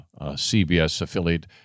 CBS-affiliate